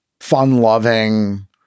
fun-loving